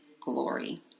glory